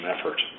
effort